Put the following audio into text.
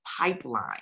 pipeline